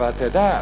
אבל אתה יודע,